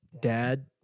dad